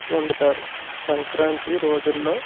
వండుతారు సంక్రాంతి రోజులలో